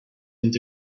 vint